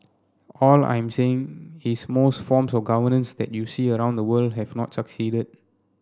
all I am saying is most forms of governance that you see around the world have not succeeded